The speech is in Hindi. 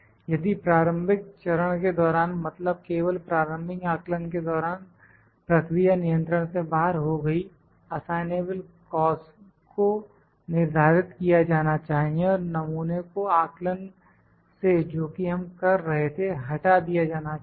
यदि प्रारंभिक चरण के दौरान मतलब केवल प्रारंभिक आकलन के दौरान प्रक्रिया नियंत्रण से बाहर हो गई असाइनेबल कॉज को निर्धारित किया जाना चाहिए और नमूने को आकलन से जोकि हम कर रहे थे हटा दिया जाना चाहिए